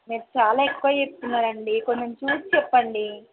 మీరు చాలా ఎక్కువ చెప్తున్నారు అండీ కొంచెం చూసి చెప్పండీ